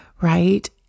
right